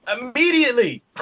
immediately